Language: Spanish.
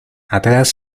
atrás